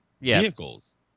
vehicles